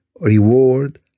reward